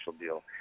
deal